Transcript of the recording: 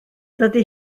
dydy